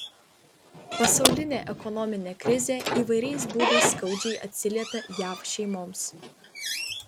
pasaulinė ekonominė krizė įvairiais būdais skaudžiai atsiliepia jav šeimoms